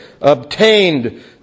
obtained